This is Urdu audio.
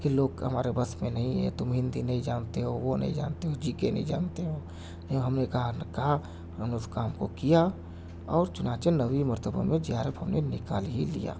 کہ لوگ ہمارے بس میں نہیں ہے تم ہندی نہیں جانتے ہو وہ نہیں جانتے ہو جی کے نہیں جانتے ہو ہم نے کہا کہا ہم اِس کام کو کیا اور چنانچہ نویں مرتبہ میں جے آر ایف ہم نے نکال ہی لیا